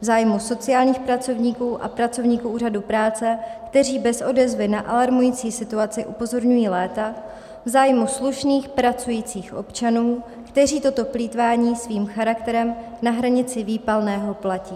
v zájmu sociálních pracovníků a pracovníků Úřadu práce, kteří bez odezvy na alarmující situaci upozorňují léta, v zájmu slušných, pracujících občanů, kteří toto plýtvání svým charakterem na hranici výpalného platí.